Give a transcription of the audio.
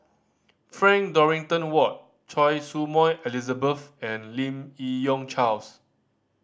Frank Dorrington Ward Choy Su Moi Elizabeth and Lim Yi Yong Charles